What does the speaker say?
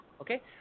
Okay